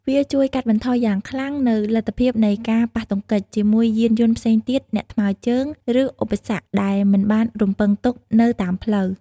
វាជួយកាត់បន្ថយយ៉ាងខ្លាំងនូវលទ្ធភាពនៃការប៉ះទង្គិចជាមួយយានយន្តផ្សេងទៀត អ្នកថ្មើរជើង ឬឧបសគ្គដែលមិនបានរំពឹងទុកនៅតាមផ្លូវ។